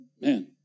man